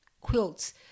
quilts